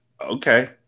okay